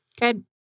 Good